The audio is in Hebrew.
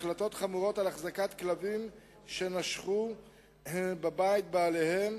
החלטות חמורות על החזקת כלבים שנשכו בבית בעליהם,